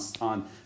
on